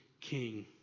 king